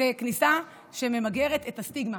זו כניסה שממגרת את הסטיגמה.